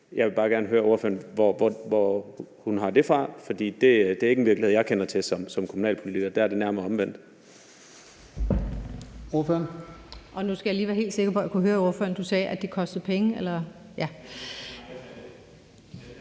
ren nysgerrighed spørge ordføreren, hvor hun har det fra, for det er ikke en virkelighed, jeg kender til som kommunalpolitiker – der er det nærmere omvendt.